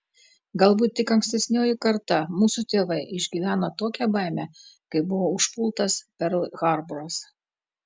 galbūt tik ankstesnioji karta mūsų tėvai išgyveno tokią baimę kai buvo užpultas perl harboras